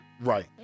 Right